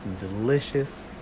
delicious